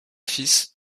fils